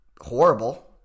horrible